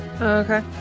Okay